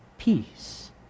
peace